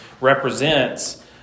represents